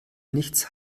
nichts